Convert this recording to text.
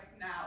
now